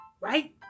Right